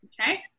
Okay